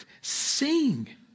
Sing